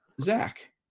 zach